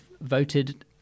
voted